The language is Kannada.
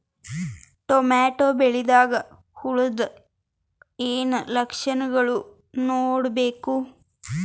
ಟೊಮೇಟೊ ಬೆಳಿದಾಗ್ ಹುಳದ ಏನ್ ಲಕ್ಷಣಗಳು ನೋಡ್ಬೇಕು?